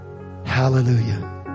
Hallelujah